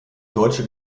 deutsche